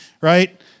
right